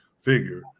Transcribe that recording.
figure